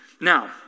Now